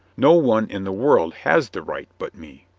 no one in the world has the right but me.